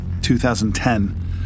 2010